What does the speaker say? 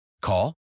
Call